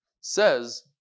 says